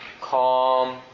calm